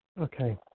Okay